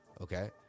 okay